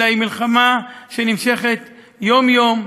אלא היא מלחמה שנמשכת יום-יום,